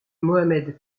mohamed